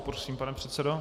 Prosím, pane předsedo.